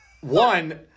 one